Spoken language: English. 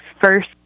first